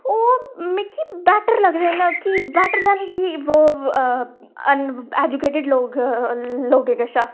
ओह् मिगी बैटर लगदे न कि बैटर दैन कि ओह् एजुकेटड लोकें शा